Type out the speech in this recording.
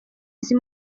izi